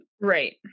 right